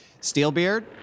Steelbeard